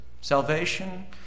salvation